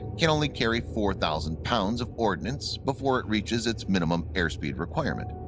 can only carry four thousand pounds of ordnance before it reaches its minimum airspeed requirement,